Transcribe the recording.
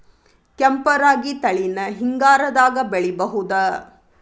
ಕೆಂಪ ರಾಗಿ ತಳಿನ ಹಿಂಗಾರದಾಗ ಬೆಳಿಬಹುದ?